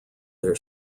their